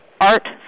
art